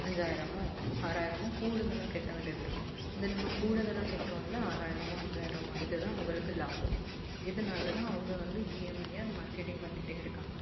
அஞ்சாயிரமோ ஆறாயிரமோ கூடுதலாக கட்ட வேண்டியது இருக்கும் இது நம்ம கூடுதலாக கட்றோம்ல ஆறாயிரமோ அஞ்சாயிரமோ இதுதான் உங்களுக்கு லாபம் இதனாலதான் அவங்க வந்து இஎம்ஐயை மார்க்கெட்டிங் பண்ணிகிட்டே இருக்காங்கள்